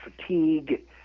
fatigue